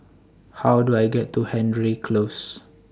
How Do I get to Hendry Close